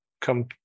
come